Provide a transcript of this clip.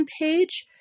page